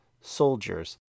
soldiers